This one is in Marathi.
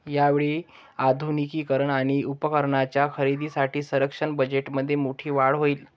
यावेळी आधुनिकीकरण आणि उपकरणांच्या खरेदीसाठी संरक्षण बजेटमध्ये मोठी वाढ होईल